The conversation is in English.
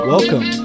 Welcome